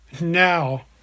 Now